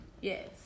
Yes